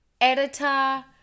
editor